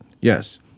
yes